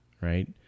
right